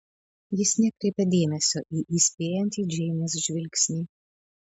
jis nekreipia dėmesio į įspėjantį džeinės žvilgsnį